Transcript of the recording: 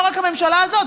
לא רק הממשלה הזאת,